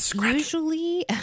usually